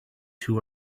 too